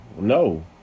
No